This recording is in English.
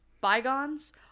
Bygones